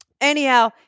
Anyhow